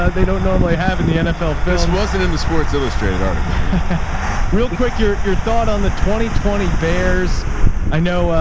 ah they don't normally have in the nfl fist. wasn't in the sports illustrated article real quick. your, your thought on the twenty, twenty bears i know, ah,